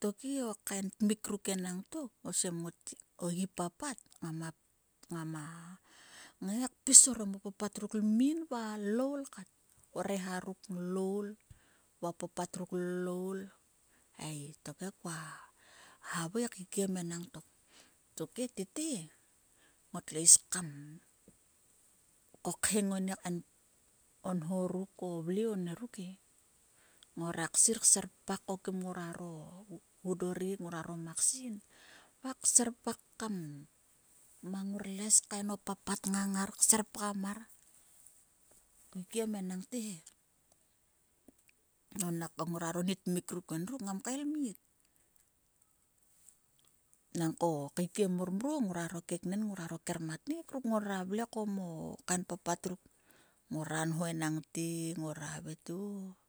Tokhe o kain timik ruk enantok osem o gi papat ngama ngai kpis orom o papat ruk lmin va loul kat o reha ruk loul va o papat ruk loul ei tokhe kuma havai keikem enangtok. Tokhe tete ngotlo is kam kokheng oni kain nho ruk o vle ruk e. A ngurak sir serpak ko kim nguaro gudorek nguaro maksin va kser pak kam mang ngor les kain o papat ngang ngar va kser pgam mar keikien enagnte he. O nang nang nguaro mi tmik ruk naga kael mit. Nankok kaekiem mor mruo nguaro keknen nguaro kermatnek ngora vle komo kain papat ruk ngoro nho enang te ngorra havai te o